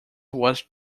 was